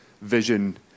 vision